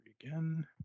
again